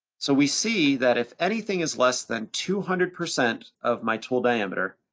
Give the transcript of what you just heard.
so we see that if anything is less than two hundred percent of my tool diameter,